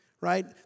right